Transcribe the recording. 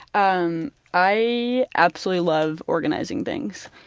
um i absolutely love organizing things.